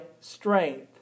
strength